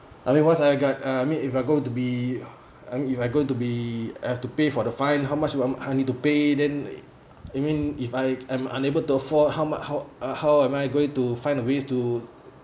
otherwise I got uh I mean if I go to be I mean if I go to be I have to pay for the fine how much you want I need to pay then you mean if I I'm unable to afford how much how uh how am I going to find a way to